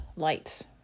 lights